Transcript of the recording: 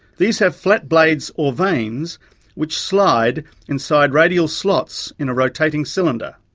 these have flat plates or vanes which slide inside radial slots in a rotating cylinder.